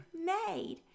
made